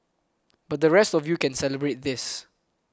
but the rest of you can celebrate this